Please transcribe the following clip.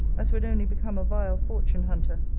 as would only become a vile fortune-hunter.